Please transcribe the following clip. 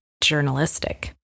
journalistic